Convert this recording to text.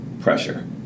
pressure